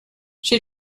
she